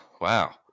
wow